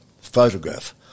photograph